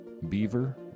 beaver